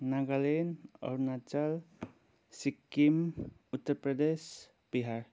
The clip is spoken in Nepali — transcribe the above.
नागाल्यान्ड अरूणाचल सिक्किम उत्तर प्रदेश बिहार